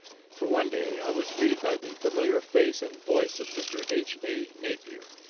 for, one day, i was greeted by the familiar face and voice of mr. h. a. napier,